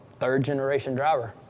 third-generation driver.